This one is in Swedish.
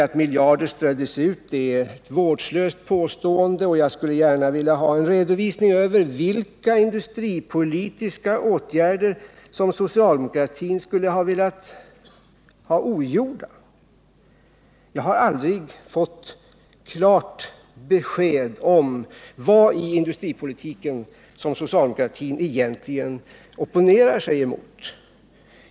Att miljarder ströddes ut är ett vårdslöst påstående, och jag skulle gärna vilja ha en redovisning över vilka industripolitiska åtgärder som socialdemokratin skulle ha velat ha ogjorda. Jag har aldrig fått klart besked emot.